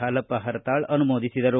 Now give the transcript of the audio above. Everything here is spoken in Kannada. ಹಾಲಪ್ಪ ಪರತಾಳ ಅನುಮೋದಿಸಿದರು